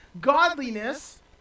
Godliness